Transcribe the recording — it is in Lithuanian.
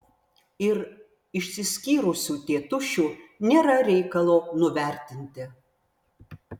ir išsiskyrusių tėtušių nėra reikalo nuvertinti